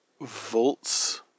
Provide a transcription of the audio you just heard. volts